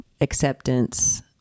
acceptance